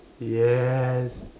yes